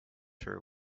her